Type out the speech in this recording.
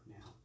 Now